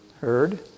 Heard